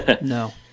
no